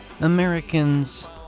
Americans